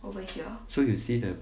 so you see the